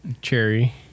cherry